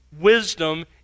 wisdom